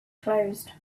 closed